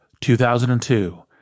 2002